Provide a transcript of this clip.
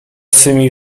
swymi